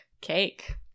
cake